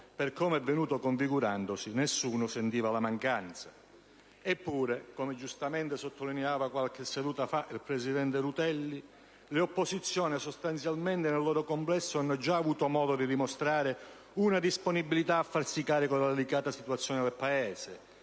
per come è venuto configurandosi, nessuno sentiva la mancanza. Eppure, come ha già giustamente sottolineato il presidente Rutelli qualche seduta fa, le opposizioni, sostanzialmente, nel loro complesso, hanno già avuto modo di dimostrare una disponibilità a farsi carico della delicata situazione del Paese,